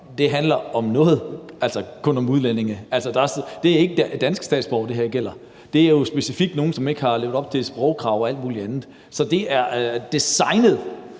handler kun om udlændinge. Altså, det er ikke danske statsborgere, det her gælder. Det er jo specifikt nogle, som ikke har levet op til et sprogkrav og alt muligt andet. Så det er designet